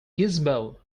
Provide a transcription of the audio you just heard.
gizmo